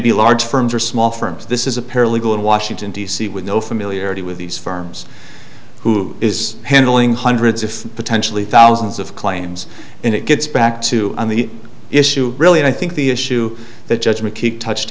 be large firms or small firms this is a paralegal in washington d c with no familiarity with these firms who is handling hundreds if potentially thousands of claims and it gets back to on the issue really i think the issue that judgment keep touched